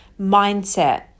mindset